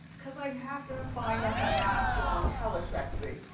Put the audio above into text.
cause i happen to find the havana song hella sexy.